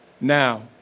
now